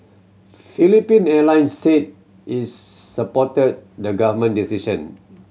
Philippine Airlines said it supported the government decision